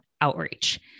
outreach